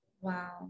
Wow